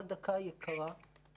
כל דקה היא יקרה.